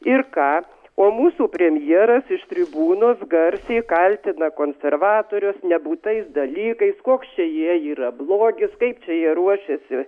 ir ką o mūsų premjeras iš tribūnos garsiai kaltina konservatorius nebūtais dalykais koks čia jie yra blogis kaip čia jie ruošiasi